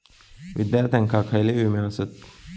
विद्यार्थ्यांका खयले विमे आसत?